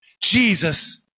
Jesus